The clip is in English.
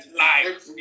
life